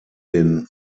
den